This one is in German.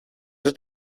ist